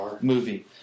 movie